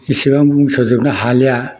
एसेबां बुंस'जोबनो हालिया